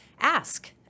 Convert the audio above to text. ask